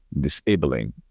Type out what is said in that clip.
disabling